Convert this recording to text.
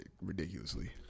ridiculously